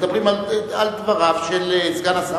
אלא על דבריו של סגן השר.